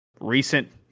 recent